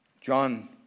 John